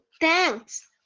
thanks